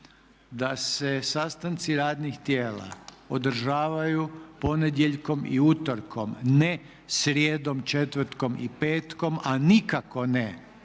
da se sastanci radnih tijela održavaju ponedjeljkom i utorkom, ne srijedom, četvrtkom i petkom a nikako ne,